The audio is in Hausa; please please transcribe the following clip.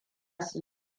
su